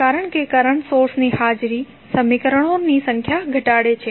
કારણ કે કરંટ સોર્સની હાજરી સમીકરણોની સંખ્યા ઘટાડે છે